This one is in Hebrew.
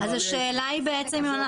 הערה נוספת שהיא אגרונומית.